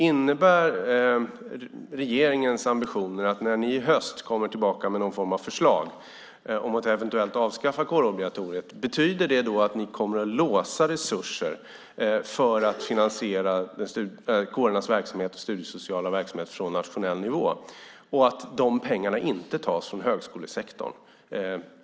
Innebär regeringens ambitioner att ni, när ni i höst kommer tillbaka med någon form av förslag om att eventuellt avskaffa kårobligatoriet, kommer att låsa resurser för att finansiera kårernas studiesociala verksamhet från nationell nivå och att de pengarna inte tas från högskolesektorn?